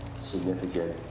significant